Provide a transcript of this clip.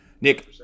Nick